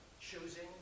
choosing